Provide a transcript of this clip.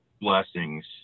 blessings